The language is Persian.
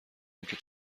آنکه